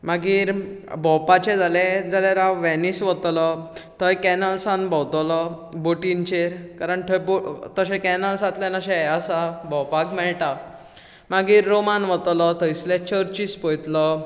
मागीर भोंवपाचे जाले जाल्यार हांव व्हेनीस वतलों थंय कॅनलसान भोंवतलो बोटींचेर कारण थंय तशें कॅनलसांतल्यान तशें हे आसा भोंवपाक मेळटा मागीर रोमान वतलो थंयसले चर्चीस पळतलो